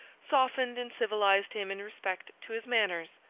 softened and civilized him in respect to his manners.